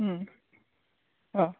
उम अह